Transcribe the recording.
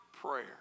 prayer